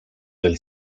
del